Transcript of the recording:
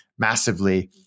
massively